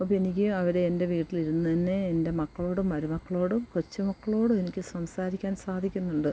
അപ്പോൾ എനിക്ക് അവരെ എൻ്റെ വീട്ടിലിരുന്നു തന്നെ എൻ്റെ മക്കളോടും മരുമക്കളോടും കൊച്ചു മക്കളോടും എനിക്ക് സംസാരിക്കാൻ സാധിക്കുന്നുണ്ട്